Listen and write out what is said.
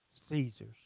Caesar's